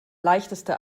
leichteste